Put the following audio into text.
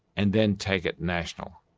and then take it national.